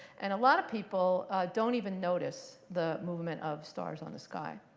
and a lot of people don't even notice the movement of stars on the sky.